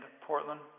Portland